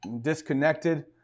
disconnected